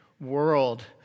world